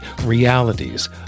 realities